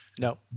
No